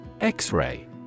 X-ray